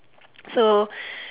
so